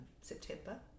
September